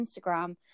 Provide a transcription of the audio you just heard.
Instagram